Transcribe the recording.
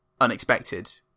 unexpected